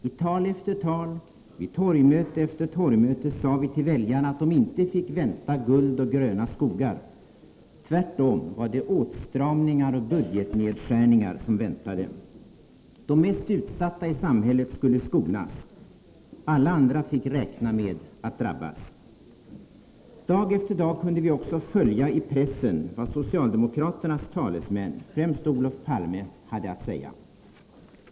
I tal efter tal, vid torgmöte efter torgmöte sade vi till väljarna att de inte fick vänta guld och gröna skogar, tvärtom var det åtstramning och budgetnedskärningar som väntade. De mest utsatta i samhället skulle skonas, men alla andra fick räkna med att de skulle drabbas. Dag efter dag kunde vi också följa i pressen vad socialdemokraternas talesmän, främst då Olof Palme, hade att säga.